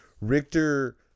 Richter